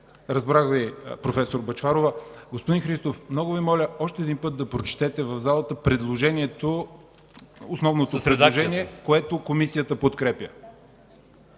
Разбрах Ви, проф. Бъчварова. Господин Христов, много Ви моля още един път да прочетете в залата основното предложение, което Комисията подкрепя.